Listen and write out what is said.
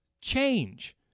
change